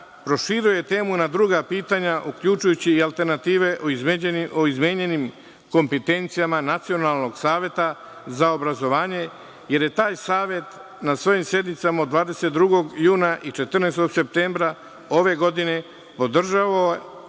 proširuje temu na druga pitanja, uključujući i alternative o izmenjenim kompetencijama Nacionalnog saveta za obrazovanje, jer je taj Savet na svojim sednicama od 22. juna i 14. septembra ove godine podržao